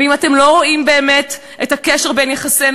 ואם אתם לא רואים באמת את הקשר בין יחסינו